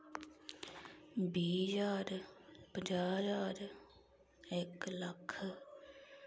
बीह् ज्हार पञां ज्हार इक लक्ख